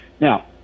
Now